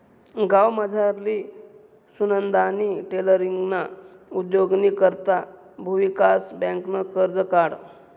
गावमझारली सुनंदानी टेलरींगना उद्योगनी करता भुविकास बँकनं कर्ज काढं